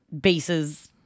bases